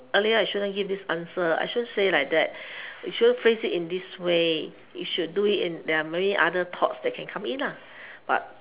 earlier I shouldn't give this answer I shouldn't say like that which you shouldn't phrase it in this way you should do it in there are many other thoughts that can come in ah but